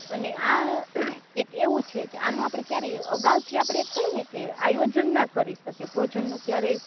અને આ એક એવું છે કે આનું આપણે ક્યારેય અગાઉથી આપણે કહીએ ને કે આયોજન ના કરી શકીએ ભોજનનું ક્યારેય